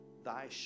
Thy